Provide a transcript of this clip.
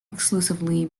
exclusively